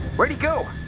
where'd he go?